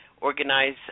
organize